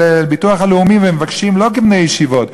לביטוח הלאומי ומבקשים לא כבני ישיבות,